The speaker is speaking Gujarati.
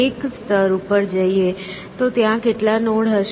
એક સ્તર ઉપર જઈએ તો ત્યાં કેટલા નોડ હશે